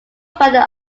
founder